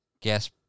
gas